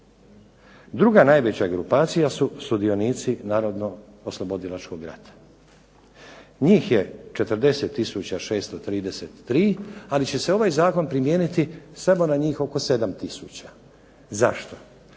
Druga, najveća grupacija su sudionici Narodno oslobodilačkog rata, njih je 40 tisuća 633 ali će se ovaj Zakon primijeniti samo na njih 7 tisuća. Zašto?